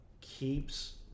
keeps